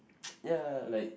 ya like